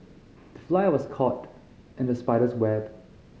the fly was caught in the spider's web